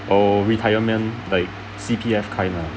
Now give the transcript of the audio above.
oh retirement like C_P_F kind lah